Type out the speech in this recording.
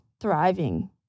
thriving